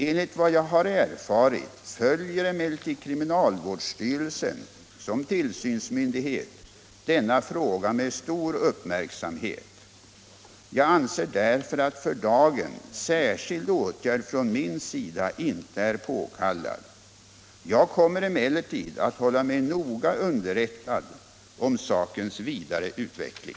Enligt vad jag har erfarit följer emellertid kriminalvårdsstyrelsen som tillsynsmyndighet denna fråga med stor uppmärksamhet. Jag anser därför att för dagen särskild åtgärd från min sida inte är påkallad. Jag kommer emellertid att hålla mig noga underrättad om sakens vidare utveckling.